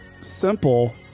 simple